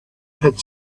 had